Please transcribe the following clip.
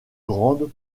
grande